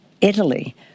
Italy